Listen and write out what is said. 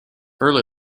early